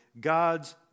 God's